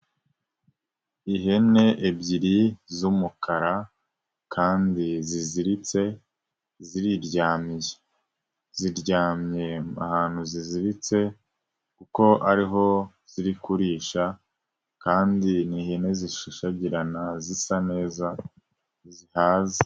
Ihene ebyiri z'umukara kandi ziziritse ziriryamiye ziryamye ahantu ziziritse kuko ari ho ziri kurisha kandi n'ihene zishashagirana zisa neza zihaze.